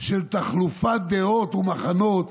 של תחלופת דעות ומחנות,